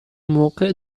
موقع